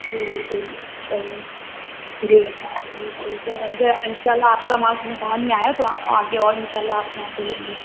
ٹھیک ہے صحیح ہے جی جی ٹھیک ہے اِنشاء اللہ آپ کا مال سمجھ میں آیا تو آگے اور بھی اِنشاء اللہ آپ کے یہاں سے لیں گے